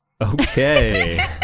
Okay